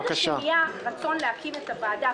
וכן ירבו הנושאים וההחלטות שיוכרעו בקול חברי הכנסת הערבים.